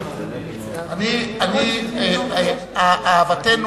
מפני שאני אוהב אותך.